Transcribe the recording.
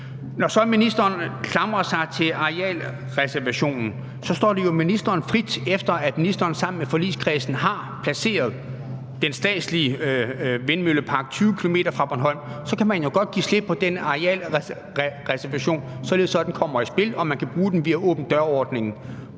Når så ministeren klamrer sig til arealreservationen, står det jo ministeren frit for, efter at ministeren sammen med forligskredsen har placeret den statslige vindmøllepark 20 km fra Bornholm, at give slip på den arealreservation, således at den kommer i spil og man kan bruge den via åben dør-ordningen.